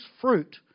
fruit